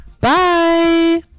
Bye